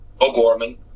O'Gorman